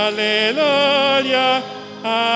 Hallelujah